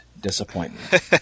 disappointment